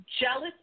Jealous